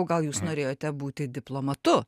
gal jūs norėjote būti diplomatu